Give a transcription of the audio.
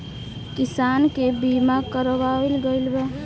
किसान के बीमा करावल गईल बा